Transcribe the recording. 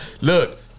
Look